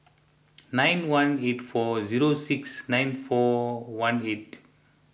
nine one eight four zero six nine four one eight